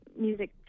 music